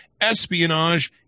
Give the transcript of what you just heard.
Espionage